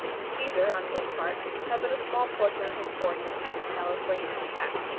caesar, on his part, had but a small portion of his forces at the palace where he was attacked.